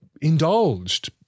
Indulged